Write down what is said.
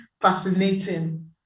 fascinating